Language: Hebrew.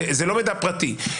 זה לא מידע פרטי.